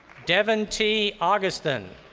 devon t. ah augustin.